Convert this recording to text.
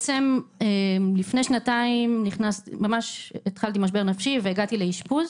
לפני שנתיים התחלתי משבר נפשי והגעתי לאשפוז